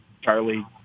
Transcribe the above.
charlie